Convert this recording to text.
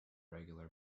regular